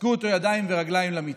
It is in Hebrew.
אזקו אותו בידיים וברגליים למיטה.